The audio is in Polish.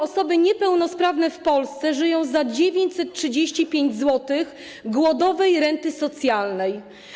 Osoby niepełnosprawne w Polsce żyją za 935 zł głodowej renty socjalnej.